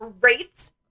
Rates